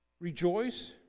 rejoice